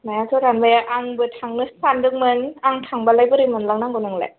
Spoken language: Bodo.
नायाथ' रानबाय आंबो थांनोसो सान्दोंमोन आं थांबालाय बोरै मोनलांनांगौ नोंलाय